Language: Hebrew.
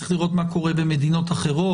צריך לראות מה קורה במדינות אחרות.